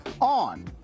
on